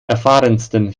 erfahrensten